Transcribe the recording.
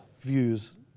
views